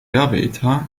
werbeetat